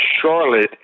Charlotte